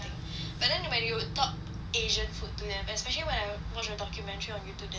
but then when you talk asian food to them especially when I watch a documentary on Youtube that time